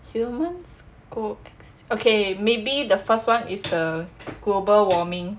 humans go okay extinct maybe the first one is the global warming